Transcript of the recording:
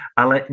ale